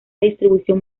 distribución